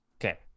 Okay